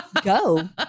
go